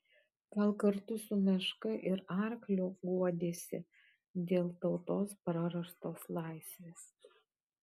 gal kartu su meška ir arkliu guodėsi dėl tautos prarastos laisvės